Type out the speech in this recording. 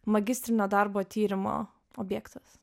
magistrinio darbo tyrimo objektas